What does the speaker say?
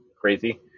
crazy